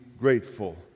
grateful